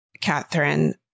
Catherine